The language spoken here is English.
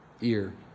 Ear